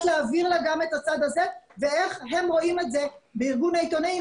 להבהיר גם את הצד הזה ואיך הם רואים את זה בארגון העיתונאים,